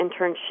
internship